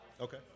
Okay